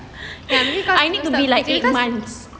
I need to be like eight months